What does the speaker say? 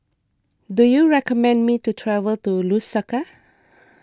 do you recommend me to travel to Lusaka